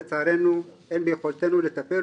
לצערנו אין ביכולתנו לטפל,